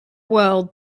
world